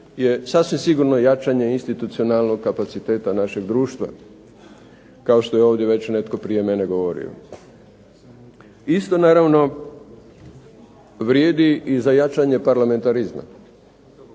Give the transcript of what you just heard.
je sasvim sigurno jačanje institucionalnog kapaciteta našeg društva kao što je ovdje već netko prije mene govorio. Isto naravno vrijedi i za jačanje parlamentarizma.